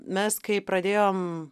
mes kai pradėjom